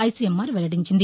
ICMR వెల్లడించింది